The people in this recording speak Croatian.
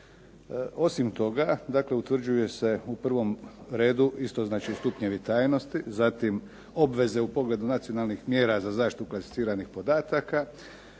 Osim toga dakle utvrđuje se u prvom redu istoznačni stupnjevi tajnosti, zatim obveze u pogledu nacionalnih mjera za zaštitu klasificiranih podataka,